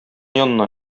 янына